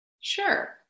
Sure